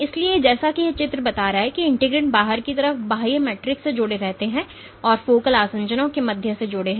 इसलिए जैसा कि यह चित्र बताता है कि इंटीग्रिन बाहर की तरफ बाह्य मैट्रिक्स से जुड़ रहे हैं और वे फोकल आसंजनों के माध्यम से जुड़े हुए हैं